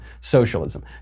socialism